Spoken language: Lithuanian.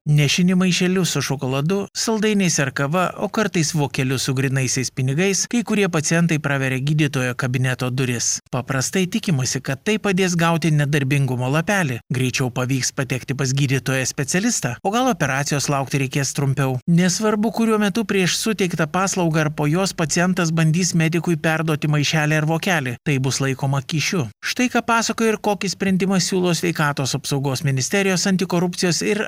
nešini maišeliu su šokoladu saldainiais ar kava o kartais vokeliu su grynaisiais pinigais kai kurie pacientai praveria gydytojo kabineto duris paprastai tikimasi kad tai padės gauti nedarbingumo lapelį greičiau pavyks patekti pas gydytoją specialistą o gal operacijos laukti reikės trumpiau nesvarbu kuriuo metu prieš suteiktą paslaugą ar po jos pacientas bandys medikui perduoti maišelį ar vokelį tai bus laikoma kyšiu štai ką pasakoja ir kokį sprendimą siūlo sveikatos apsaugos ministerijos antikorupcijos ir